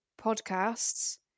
podcasts